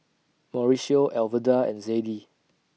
Mauricio Alverda and Zadie